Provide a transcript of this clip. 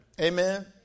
Amen